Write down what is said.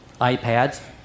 iPads